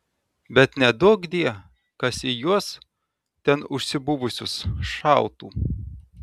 bet neduokdie kas į juos ten užsibuvusius šautų